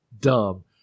dumb